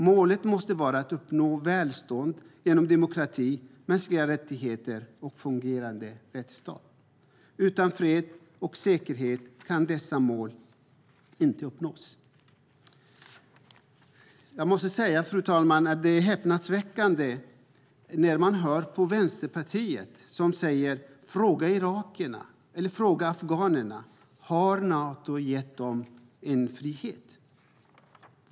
Målet måste vara att uppnå välstånd genom demokrati, mänskliga rättigheter och en fungerande rättstat. Utan fred och säkerhet kan dessa mål inte uppnås. Fru talman! Jag måste säga att det är häpnadsväckande att höra Vänsterpartiet säga: Fråga irakierna eller fråga afghanerna om Nato gett dem frihet.